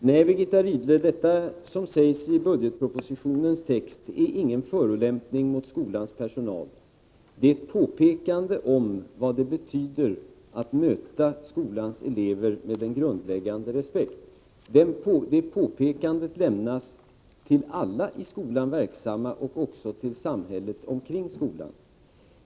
Herr talman! Nej, Birgitta Rydle det som sägs i budgetpropositionens text är ingen förolämpning mot skolans personal. Det är ett påpekande om vad det betyder att möta skolans elever med en grundläggande respekt. Det påpekandet lämnas till alla i skolan verksamma och även till samhället omkring skolan.